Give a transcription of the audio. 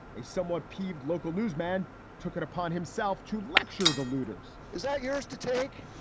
a somewhat peeved local newsman took it upon himself to lecture the looters is that yours to take?